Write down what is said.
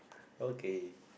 okay